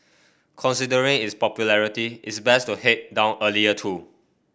considering its popularity it's best to head down earlier too